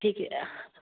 ਠੀਕ ਹੈ